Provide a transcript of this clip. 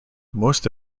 most